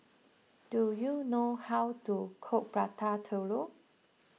do you know how to cook Prata Telur